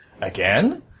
again